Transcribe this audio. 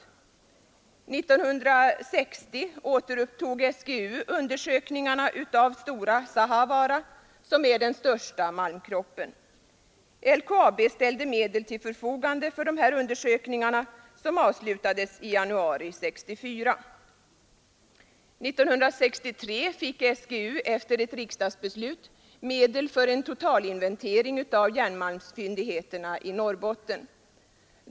År 1960 återupptog SGU undersökningarna av Stora Sahavaara, som är den största malmkroppen. LKAB ställde medel till förfogande för dessa undersökningar, som avslutades i januari 1964. År 1963 fick SGU efter ett riksdagsbeslut medel för en totalinventering av järnmalmsfyndigheterna i Norrbotten.